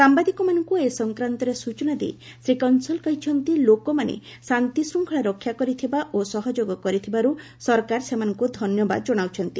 ସାମ୍ବାଦିକମାନଙ୍କୁ ଏ ସଂକ୍ରାନ୍ତରେ ସୂଚନା ଦେଇ ଶ୍ରୀ କଂସଲ୍ କହିଛନ୍ତି ଲୋକମାନେ ଶାନ୍ତିଶୃଙ୍ଖଳା ରକ୍ଷା କରିଥିବା ଓ ସହଯୋଗ କରିଥିବାରୁ ସରକାର ସେମାନଙ୍କୁ ଧନ୍ୟବାଦ ଜଣାଉଛନ୍ତି